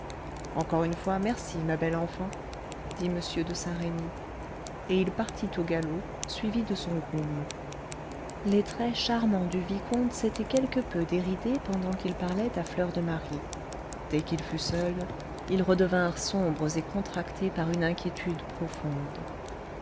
encore une fois merci ma belle enfant dit m de saint-remy et il partit au galop suivi de son groom les traits charmants du vicomte s'étaient quelque peu déridés pendant qu'il parlait à fleur de marie dès qu'il fut seul ils redevinrent sombres et contractés par une inquiétude profonde